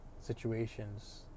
situations